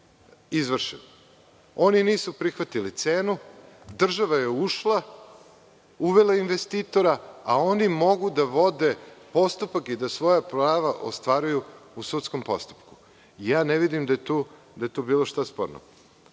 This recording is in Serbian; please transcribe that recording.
izvršen. Oni nisu prihvatili cenu, država je ušla, uvela investitora, a oni mogu da vode postupak i da svoja prava ostvaruju u sudskom postupku. Ne vidim da je tu bilo šta sporno. Kada